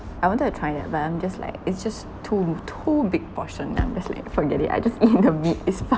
I wanted to try that but I'm just like it's just too too big portion and I'm just like forget it I just eat the meat it's fine